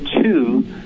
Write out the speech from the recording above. two